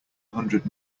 hundred